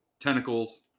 Tentacles